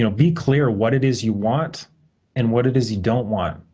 you know be clear what it is you want and what it is you don't want.